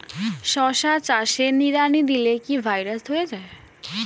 শশা চাষে নিড়ানি দিলে কি ভাইরাস ধরে যায়?